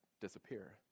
disappear